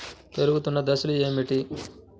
పెరుగుతున్న దశలు ఏమిటి?